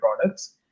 products